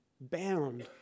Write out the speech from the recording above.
bound